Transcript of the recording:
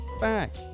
Back